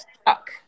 stuck